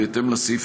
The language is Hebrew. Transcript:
בהתאם לסעיף,